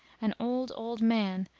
an old, old man,